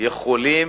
יכולים